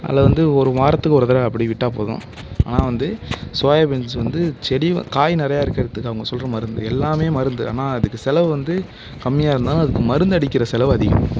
அதில் வந்து ஒரு வாரத்துக்கு ஒரு தடவை அப்படி விட்டால் போதும் ஆனால் வந்து சோயாபீன்ஸ் வந்து செடி காய் நிறையா இருக்கறத்துக்கு அவங்க சொல்கிற மருந்து எல்லாமே மருந்து ஆனால் அதுக்கு செலவு வந்து கம்மியாக இருந்தாலும் அதுக்கு மருந்தடிக்கிற செலவு அதிகம்